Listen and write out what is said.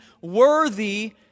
worthy